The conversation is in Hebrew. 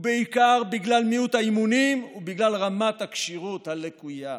ובעיקר בגלל מיעוט האימונים ובגלל רמת הכשירות הלקויה,